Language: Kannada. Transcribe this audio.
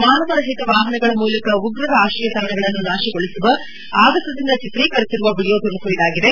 ಮಾನವ ರಹಿತ ವಾಹನಗಳ ಮೂಲಕ ಉಗ್ರರ ಆಶಯ ತಾಣಗಳನ್ನು ನಾಶಗೊಳಿಸುವ ಆಗಸದಿಂದ ಚಿತ್ರೀಕರಿಸಿರುವ ವೀಡಿಯೋ ತುಣುಕು ಇದಾಗಿದೆ